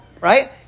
right